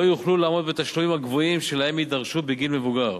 לא יוכלו לעמוד בתשלומים הגבוהים שלהם יידרשו בגיל מבוגר.